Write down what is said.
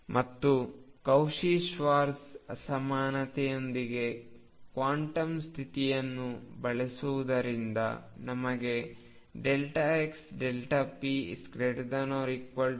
ಮತ್ತು Cauchy Schwarz ಅಸಮಾನತೆಯೊಂದಿಗೆ quantum ಸ್ಥಿತಿಯನ್ನು ಬಳಸುವುದರಿಂದ ನಮಗೆ xp≥2 ಸಿಕ್ಕಿತು